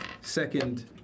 second